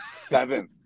Seven